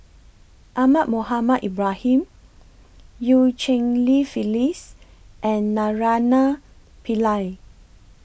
Ahmad Mohamed Ibrahim EU Cheng Li Phyllis and Naraina Pillai